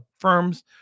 firms